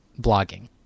blogging